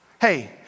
Hey